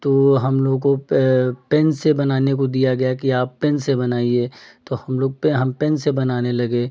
तो हम लोगों पेन से बनाने को दिया गया कि आप पेन से बनाइए तो हम लोग हम पेन से बनाने लगे